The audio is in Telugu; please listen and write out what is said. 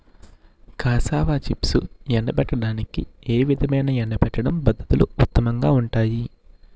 కాసావా చిప్స్ను ఎండబెట్టడానికి ఏ విధమైన ఎండబెట్టడం పద్ధతులు ఉత్తమంగా ఉంటాయి?